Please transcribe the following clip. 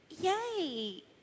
yay